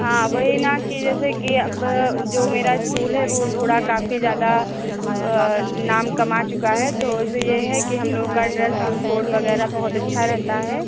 हाँ वही ना कि जैसे कि अब जो मेरा इस्कूल है वह थोड़ा काफ़ी ज़्यादा नाम कमा चुका है तो इससे यह है कि हम लोगों का ड्रेस कोड वग़ैरह बहुत अच्छा रहता है